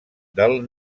del